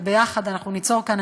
ביחד ניצור כאן,